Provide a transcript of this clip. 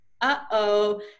uh-oh